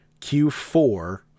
q4